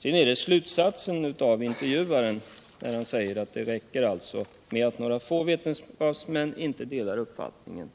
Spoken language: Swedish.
Sedan är det intervjuarens slutsats att det räcker med att några få vetenskapsmän inte delar uppfattningen